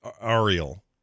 ariel